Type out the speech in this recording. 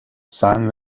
san